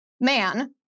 man